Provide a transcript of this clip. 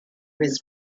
his